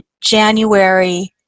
january